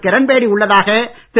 கிரண்பேடி உள்ளதாக திரு